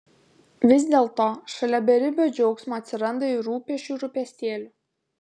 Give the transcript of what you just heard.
vis dėlto šalia beribio džiaugsmo atsiranda ir rūpesčių rūpestėlių